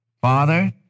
Father